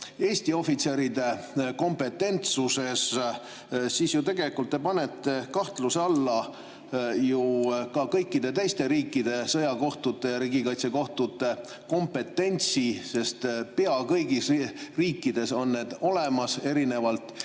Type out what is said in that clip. Eesti ohvitseride kompetentsuses, siis te tegelikult panete ju kahtluse alla ka kõikide teiste riikide sõjakohtute ja riigikaitsekohtute kompetentsuse. Pea kõigis riikides on need olemas, erinevalt